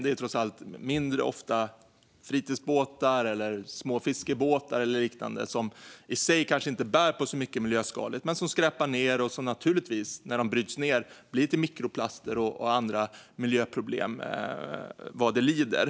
Det är trots allt ofta mindre fritidsbåtar, små fiskebåtar eller liknande som i sig kanske inte bär på så mycket miljöskadligt men som skräpar ned och som naturligtvis när de bryts ned blir till mikroplaster och andra miljöproblem vad det lider.